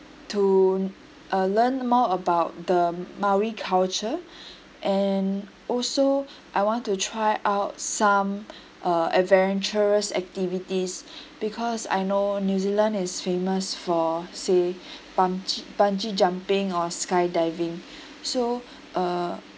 to uh learn more about the maori culture and also I want to try out some uh adventurous activities because I know new zealand is famous for say bung~ bungee jumping or skydiving so uh